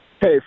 Hey